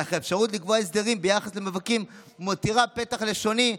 אך האפשרות לקבוע 'הסדרים' ביחס למבקרים מותירה פתח לשוני",